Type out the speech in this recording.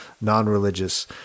non-religious